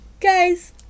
guys